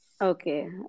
okay